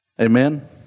Amen